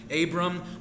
Abram